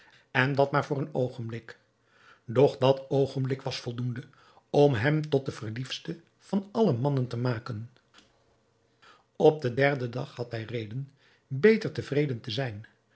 en dat maar voor een oogenblik doch dat oogenblik was voldoende om hem tot den verliefdste van alle mannen te maken op den derden dag had hij reden beter tevreden te zijn